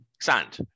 Sand